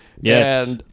yes